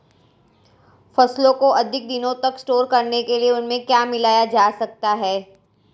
फसलों को अधिक दिनों तक स्टोर करने के लिए उनमें क्या मिलाया जा सकता है?